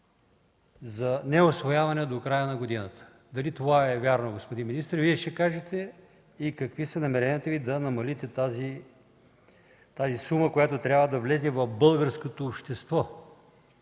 за неусвояване до края на годината. Дали това е вярно, господин министър? Вие ще кажете и какви са намеренията да намалите тази сума, която трябва да влезе в българското общество